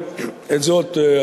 את זאת,